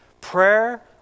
Prayer